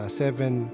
seven